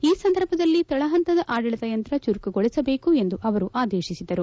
ಈ ಸಂದರ್ಭದಲ್ಲಿ ತಳಪಂತದ ಆಡಳಿತಯಂತ್ರ ಚುರುಕುಗೊಳಿಸಬೇಕು ಎಂದು ಅವರು ಆದೇಶಿಸಿದರು